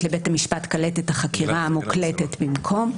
לבית המשפט קלטת החקירה המוקלטת במקום,